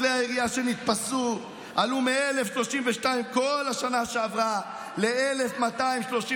מספר כלי הירייה שנתפסו עלתה מ-1,032 בכל השנה שעברה ל-1,239,